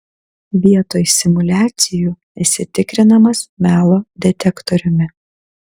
vietoj simuliacijų esi tikrinamas melo detektoriumi